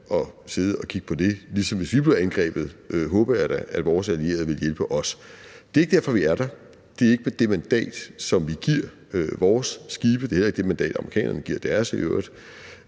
og kigge på det – ligesom hvis vi bliver angrebet, håber jeg da, at vores allierede vil hjælpe os. Det er ikke derfor, vi er der; det er ikke det mandat, som vi giver vores skibe, og det er i øvrigt heller ikke det mandat, amerikanerne giver deres.